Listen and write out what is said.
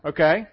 Okay